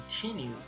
continue